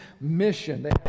mission